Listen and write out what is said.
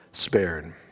spared